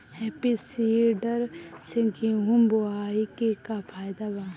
Happy seeder से गेहूं बोआई के का फायदा बा?